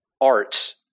art